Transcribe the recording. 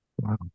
Wow